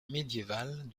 médiévales